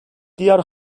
diğer